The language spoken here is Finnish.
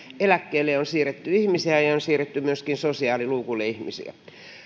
eläkkeelle on siirretty ihmisiä ja ja on siirretty myöskin sosiaaliluukulle ihmisiä